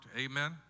Amen